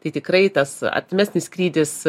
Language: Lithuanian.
tai tikrai tas artimesnis skrydis